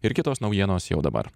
ir kitos naujienos jau dabar